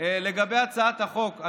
לגבי הצעת החוק,